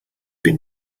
been